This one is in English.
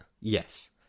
yes